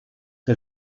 que